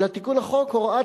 אלא תיקון חוק,